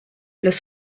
los